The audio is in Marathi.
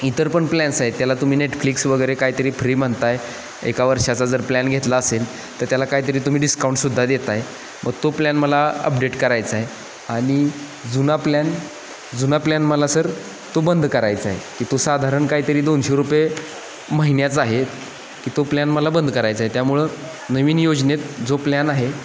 इतर पण प्लॅन्स आहेत त्याला तुम्ही नेटफ्लिक्स वगैरे काहीतरी फ्री म्हणताय एका वर्षाचा जर प्लॅन घेतला असेल तर त्याला काही तरी तुम्ही डिस्काऊंटसुद्धा देताय मग तो प्लॅन मला अपडेट करायचा आहे आणि जुना प्लॅन जुना प्लॅन मला सर तो बंद करायचा आहे की तो साधारण काय तरी दोनशे रुपये महिन्याचा आहे की तो प्लॅन मला बंद करायचा आहे त्यामुळं नवीन योजनेत जो प्लॅन आहे